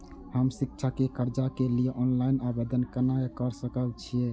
हम शिक्षा के कर्जा के लिय ऑनलाइन आवेदन केना कर सकल छियै?